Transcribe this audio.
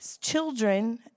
children